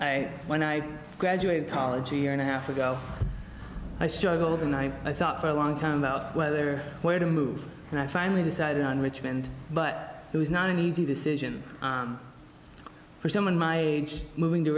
that when i graduate college e year and a half ago i struggled and i i thought for a long time about whether where to move and i finally decided on richmond but it was not an easy decision for someone my age moving to